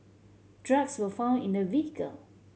drugs were found in the vehicle